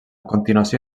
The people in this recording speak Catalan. continuació